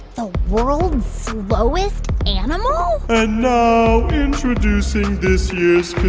the world's slowest animal? and now introducing this year's